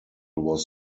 was